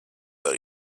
that